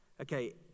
Okay